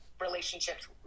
relationships